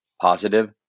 positive